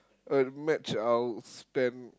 a match I'll spend